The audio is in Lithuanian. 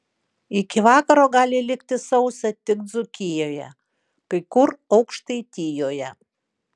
iki vakaro gali likti sausa tik dzūkijoje kai kur aukštaitijoje